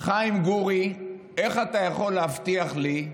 חיים גורי, איך אתה יכול להבטיח לי,